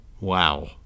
Wow